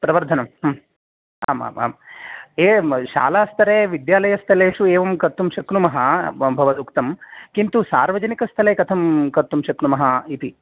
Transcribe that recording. प्रवर्धनं आम् आम् आम् ये शालास्तरे विद्यालयस्थलेषु एवं कर्तुं शक्नुमः भवदुक्तं किन्तु सार्वजनिकस्थले कथं कर्तुं शक्नुमः इति